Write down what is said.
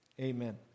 Amen